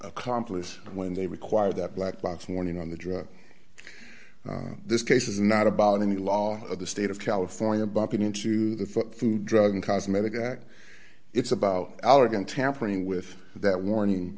accomplish when they required that black box warning on the drug this case is not about any law of the state of california bumping into the food drug and cosmetic act it's about allergen tampering with that